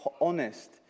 honest